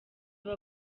aba